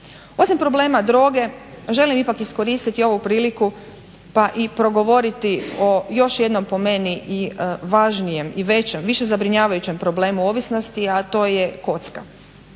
Osim problema droge želim ipak iskoristiti ovu priliku pa i progovoriti o još jednom po meni i važnijem i većem, više zabrinjavajućem problemu ovisnosti, a to je kocka.